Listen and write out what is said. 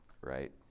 right